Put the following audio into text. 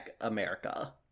America